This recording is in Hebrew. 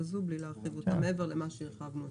הזאת בלי להרחיב אותה מעבר למה שהרחבנו אתמול.